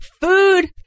food